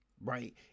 right